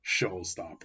showstopper